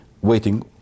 waiting